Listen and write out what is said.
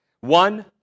one